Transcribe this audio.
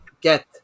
get